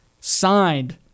signed